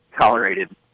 tolerated